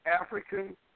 African –